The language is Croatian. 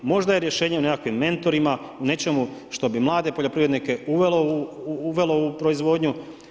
Možda je rješenje u nekakvim mentorima, nečemu što bi klade poljoprivrednike uvelo u proizvodnju.